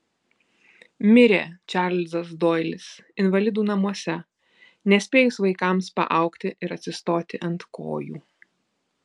mirė čarlzas doilis invalidų namuose nespėjus vaikams paaugti ir atsistoti ant kojų